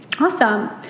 Awesome